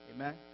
Amen